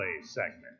segment